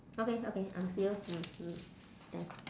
okay okay I'll see you mm mm thanks